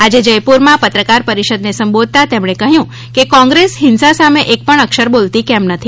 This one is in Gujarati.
આજે જ્યપુરમાં પત્રકાર પરિષદને સંબોધતા તેમણે કહ્યું કે કોંગ્રેસ હિંસા સામે એકપણ અક્ષર બોલતી કેમ નથી